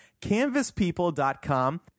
CanvasPeople.com